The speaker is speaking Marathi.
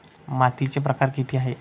मातीचे प्रकार किती आहेत?